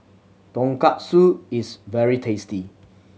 tonkatsu is very tasty